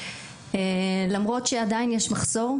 למרות שעדיין יש מחסור,